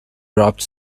grabbed